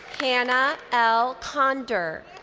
hannah l. kean. and